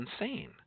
insane